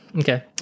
Okay